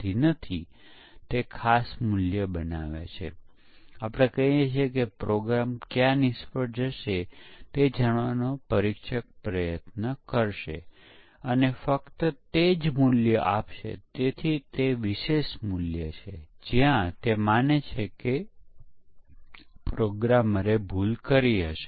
હા આ વેરિફિકેશન તકનીક છે કારણ કે યુનિટ પરીક્ષણનો ઉપયોગ યુનિટ ડિઝાઇન સાથે સુસંગત છે કે કેમ તે તપાસવા માટે થાય છે જ્યાં યુનિટ એ ફંકશન અથવા મોડ્યુલ હોઈ શકે છે